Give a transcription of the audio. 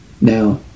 Now